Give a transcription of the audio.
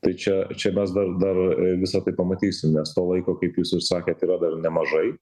tai čia čia mes dar dar visa tai pamatysim nes to laiko kaip jūs ir sakėt yra dar nemažai